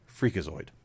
freakazoid